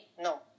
No